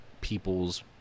people's –